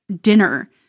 dinner